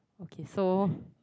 okay so